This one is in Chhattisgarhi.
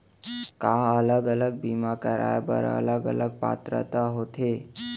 का अलग अलग बीमा कराय बर अलग अलग पात्रता होथे?